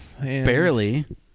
Barely